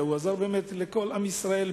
אלא הוא עזר באמת לכל עם ישראל,